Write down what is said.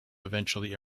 eventually